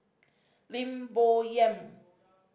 Lim Bo Yam